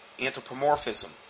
Anthropomorphism